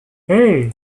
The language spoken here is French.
hey